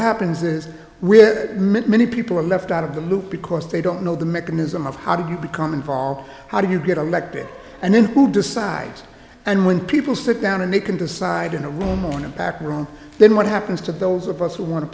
happens is meant many people are left out of the loop because they don't know the mechanism of how did you become involved how do you get elected and then who decides and when people sit down and they can decide in a room or in a back room then what happens to those of us who want to